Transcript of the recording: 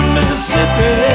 Mississippi